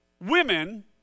Women